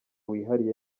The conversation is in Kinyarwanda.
wihariye